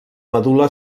medul·la